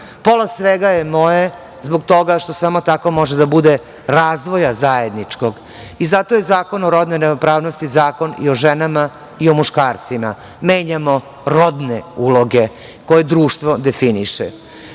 pola svega je moje zbog toga što samo tako može da bude razvoja zajedničkog i zato je Zakon o rodnoj ravnopravnosti zakon i o ženama i o muškarcima. Menjamo rodne uloga koje društvo definiše. Bilo